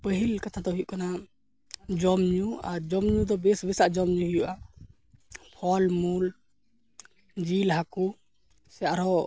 ᱯᱟᱹᱦᱤᱞ ᱠᱟᱛᱷᱟᱫᱚ ᱦᱩᱭᱩᱜ ᱠᱟᱱᱟ ᱡᱚᱢᱼᱧᱩ ᱟᱨ ᱡᱚᱢᱼᱧᱩ ᱫᱚ ᱵᱮᱥᱼᱵᱮᱥᱟᱜ ᱡᱚᱢᱼᱧᱩᱭ ᱦᱩᱭᱩᱜᱼᱟ ᱯᱷᱚᱞᱢᱩᱞ ᱡᱤᱞᱼᱦᱟ ᱠᱚ ᱥᱮ ᱟᱨᱦᱚᱸ